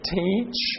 teach